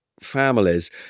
families